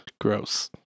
Gross